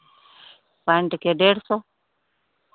pant के डेढ़ सौ